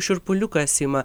šiurpuliukas ima